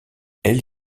elle